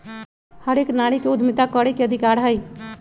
हर एक नारी के उद्यमिता करे के अधिकार हई